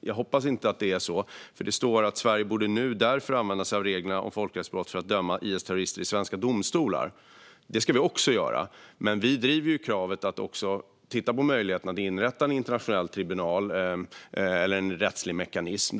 Jag hoppas inte att det är så. I interpellationen står det: Sverige borde nu därför använda sig av reglerna om folkrättsbrott för att döma IS-terrorister i svenska domstolar. Det ska vi också göra, men vi driver kravet att man ska titta på möjligheten att inrätta en internationell tribunal eller en rättslig mekanism.